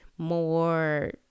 more